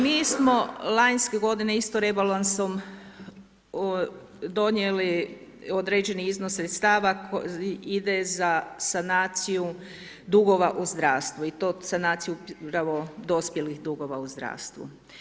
Mi smo lanjske godine isto rebalansom donijeli određeni iznos sredstava koji ide za sanaciju dugova u zdravstvu i to sanaciju upravo dospjelih dugova u zdravstvu.